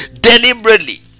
deliberately